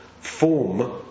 form